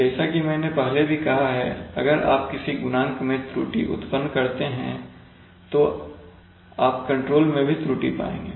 जैसा कि मैंने पहले भी कहा है अगर आप किसी गुणांक में त्रुटि उत्पन्न करते हैं तो आप कंट्रोल में भी त्रुटि पाएंगे